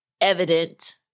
evident